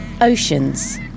Oceans